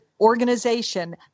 organization